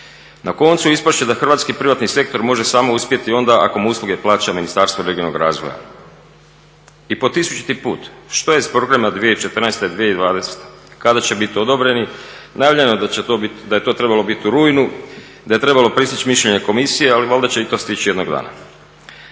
Na koncu ispast će da hrvatski privatni sektor može samo uspjeti onda ako mu usluge plaća Ministarstvo regionalnog razvoja. I po tisućiti put što je s programom 2014.-2020., kada će biti odobreni? Najavljeno je da će to biti, da je to trebalo biti u rujnu, da je trebalo pristići mišljenje komisije, ali valjda će i to stići jednog dana.